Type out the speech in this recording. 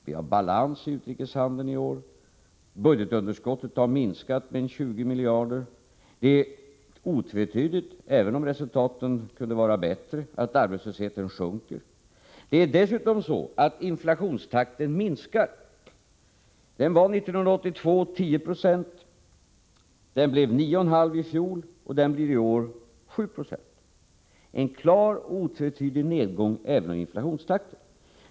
Vi har balans i utrikeshandeln i år. Budgetunderskottet har minskat med 20 miljarder. Även om resultaten kunde vara bättre, är det otvetydigt att förbättra den svenska ekonomin förbättra den svenska ekonomin arbetslösheten sjunker. Dessutom minskar inflationstakten. Den var 10 96 år 1982. Den blev 9,5 96 i fjol, och den blir 7 96 i år — en klar och otvetydig nedgång även i inflationstakten.